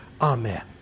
Amen